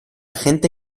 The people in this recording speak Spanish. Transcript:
gente